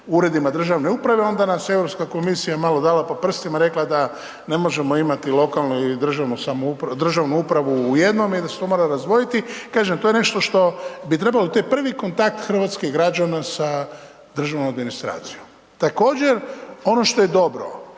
uredima državne uprave onda nas Europska komisija malo dala po prstima rekla da ne možemo imati lokalnu i državnu upravu u jednom i da se to mora razdvojiti. Kažem to je nešto što bi trebalo, to je prvi kontakt hrvatskih građana sa državnom administracijom. Također ono što je dobro